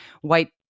white